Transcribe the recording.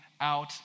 out